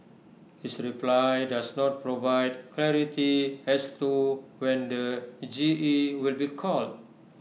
his reply does not provide clarity as to when the G E will be called